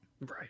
right